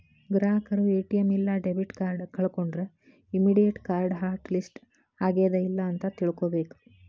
ಗ್ರಾಹಕರು ಎ.ಟಿ.ಎಂ ಇಲ್ಲಾ debit card ಕಳ್ಕೊಂಡ್ರ ಇಮ್ಮಿಡಿಯೇಟ್ ಕಾರ್ಡ್ ಹಾಟ್ ಲಿಸ್ಟ್ ಆಗ್ಯಾದ ಇಲ್ಲ ಅಂತ ತಿಳ್ಕೊಬೇಕ್